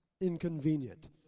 inconvenient